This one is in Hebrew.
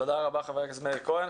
תודה רבה, חבר הכנסת מאיר כהן.